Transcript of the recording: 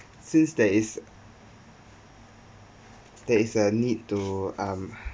since there is there is a need to um